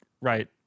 Right